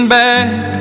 back